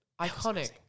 Iconic